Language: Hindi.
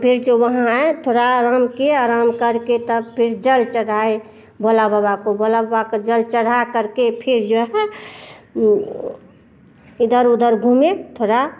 फिर जो वहाँ आए थोड़ा आराम किए आराम करके तब फिर जल चढ़ाए भोला बाबा भोला बाबा को जल चढ़ा करके फिर जो है इधर उधर घूमें थोड़ा